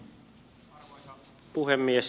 arvoisa puhemies